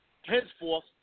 Henceforth